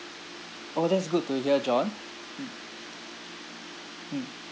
orh that's good to hear john mm mm